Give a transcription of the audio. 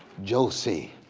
josie,